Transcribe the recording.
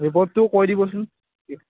ৰিপৰ্তটো কৈ দিবচোন